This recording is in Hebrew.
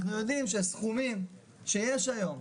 אנחנו יודעים שהסכומים שיש היום,